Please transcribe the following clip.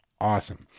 awesome